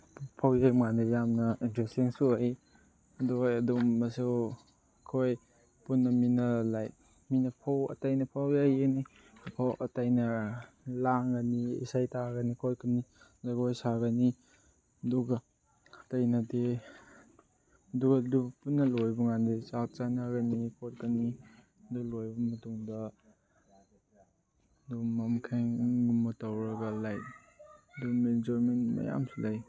ꯐꯧ ꯌꯩꯕ ꯀꯥꯟꯗ ꯌꯥꯝꯅ ꯏꯟꯇ꯭ꯔꯦꯁꯇꯤꯡꯁꯨ ꯑꯣꯏ ꯑꯗꯨ ꯑꯣꯏ ꯑꯗꯨꯒꯨꯝꯕꯁꯨ ꯑꯩꯈꯣꯏ ꯄꯨꯟꯅ ꯃꯤꯟꯅ ꯂꯥꯏꯛ ꯃꯤꯅ ꯐꯧ ꯑꯇꯩꯅ ꯐꯧ ꯌꯩꯒꯅꯤ ꯐꯧ ꯑꯇꯩꯅ ꯂꯥꯡꯒꯅꯤ ꯏꯁꯩ ꯇꯥꯒꯅꯤ ꯈꯣꯠꯀꯅꯤ ꯖꯒꯣꯏ ꯁꯥꯒꯅꯤ ꯑꯗꯨꯒ ꯑꯇꯩꯅꯗꯤ ꯑꯗꯨꯒ ꯑꯗꯨ ꯄꯨꯟꯅ ꯂꯣꯏꯕ ꯀꯥꯟꯗꯗꯤ ꯆꯥꯛ ꯆꯥꯅꯒꯅꯤ ꯈꯣꯠꯀꯅꯤ ꯑꯗꯨ ꯂꯣꯏꯔꯕ ꯃꯇꯨꯡꯗ ꯑꯗꯨꯒꯨꯝꯕ ꯃꯈꯟꯒꯨꯝꯕ ꯇꯧꯔꯒ ꯂꯥꯏꯛ ꯑꯗꯨꯝ ꯑꯦꯟꯖꯣꯏꯃꯦꯟ ꯃꯌꯥꯝꯁꯨ ꯂꯩ